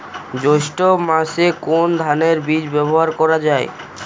জৈষ্ঠ্য মাসে কোন ধানের বীজ ব্যবহার করা যায়?